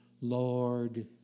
Lord